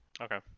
okay